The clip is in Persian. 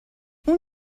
اون